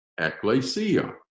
ecclesia